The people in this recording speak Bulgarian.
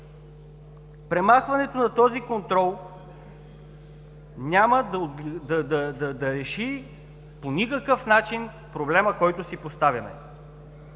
Премахването на този контрол няма да реши по никакъв начин проблема, който си поставяме,